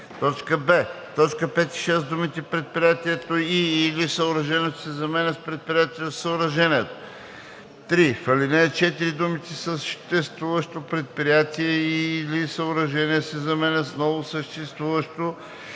б) в т. 5 и 6 думите „предприятието и/или съоръжението“ се заменят с „предприятието/съоръжението“. 3. В ал. 4 думите „съществуващо предприятие и/или съоръжение“ се заменят с „ново, съществуващо